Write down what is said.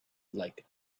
like